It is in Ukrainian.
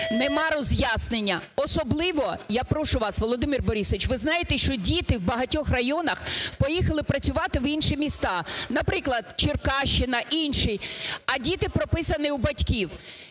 Нема роз'яснення. Особливо, я прошу вас, Володимире Борисовичу, ви знаєте, що діти в багатьох районах поїхали працювати в інші міста, наприклад, Черкащина, інші, а діти прописані у батьків.